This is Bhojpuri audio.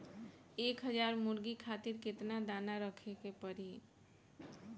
एक हज़ार मुर्गी खातिर केतना दाना रखे के पड़ी?